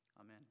Amen